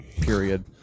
period